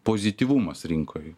pozityvumas rinkoj